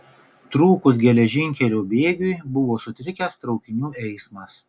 trūkus geležinkelio bėgiui buvo sutrikęs traukinių eismas